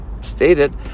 stated